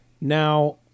Now